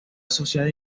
asociada